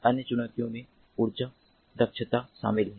अन्य चुनौतियों में ऊर्जा दक्षता शामिल है